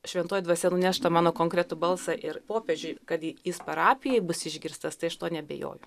šventoji dvasia nuneš tą mano konkretų balsą ir popiežiui kad jis parapijoj bus išgirstas aš tuo neabejoju